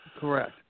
Correct